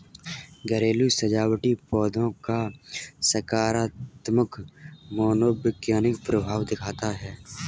घरेलू सजावटी पौधों का सकारात्मक मनोवैज्ञानिक प्रभाव दिखता है